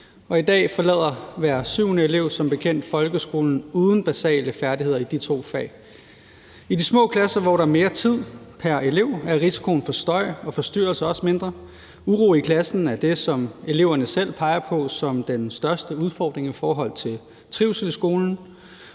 i dag forlader hver syvende elev som bekendt folkeskolen uden basale færdigheder i de to fag. I de små klasser, hvor der er mere tid pr. elev, er risikoen for støj og forstyrrelser også mindre. Uro i klassen er det, som eleverne selv peger på som den største udfordring i forhold til trivsel i skolen.